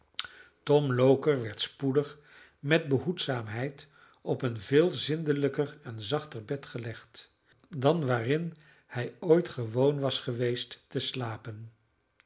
tom loker werd spoedig met behoedzaamheid op een veel zindelijker en zachter bed gelegd dan waarin hij ooit gewoon was geweest te slapen